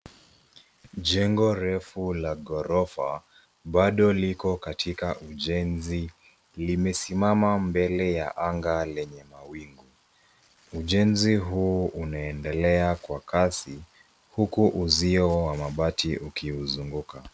Jengo refu ka ghorofa bado liko katika ujenzi. Limesimama mbele ya anga lenye mawingu. Ujenzi huu unaendelea kwa kasi huku uzio wa mabati ukiuzunguka.